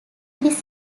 this